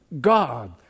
God